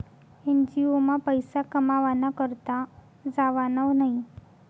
NGO मा पैसा कमावाना करता जावानं न्हयी